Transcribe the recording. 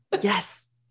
yes